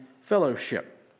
fellowship